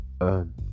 earn